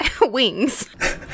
wings